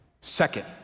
Second